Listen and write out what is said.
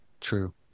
True